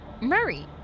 Murray